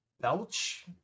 belch